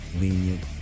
lenient